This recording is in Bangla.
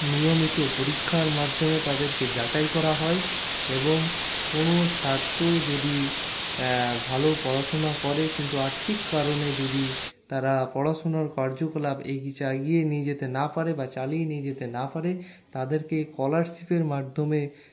নিয়মিত পরীক্ষার মাধ্যমে তাদেরকে যাচাই করা হয় এবং কোনো ছাত্র যদি ভালো পড়াশোনা করে কিন্তু আর্থিক কারণে যদি তারা পড়াশোনার কার্যকলাপ এগিয়ে নিয়ে যেতে না পারে বা চালিয়ে নিয়ে যেতে না পারে তাদেরকে স্কলারশিপের মাধ্যমে